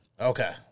Okay